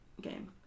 game